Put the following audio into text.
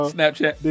Snapchat